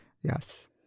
yes